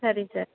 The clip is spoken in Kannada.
ಸರಿ ಸರ್